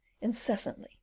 incessantly